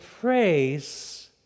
praise